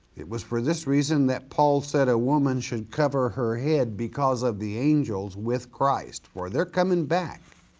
it was for this reason that paul said a woman should cover her head because of the angels with christ, for they're coming back.